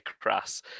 crass